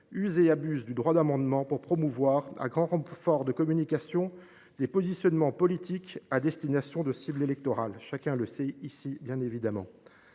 usent et abusent du droit d’amendement, pour promouvoir, à grand renfort de communication, des positionnements politiques à destination de cibles électorales – chacun le sait ici. Historiquement,